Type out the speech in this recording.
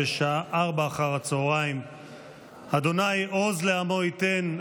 בשעה 16:00. ה' עוז לעמו ייתן,